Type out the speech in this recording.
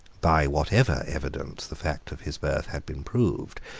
by whatever evidence the fact of his birth had been proved,